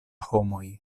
homoj